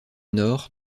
nord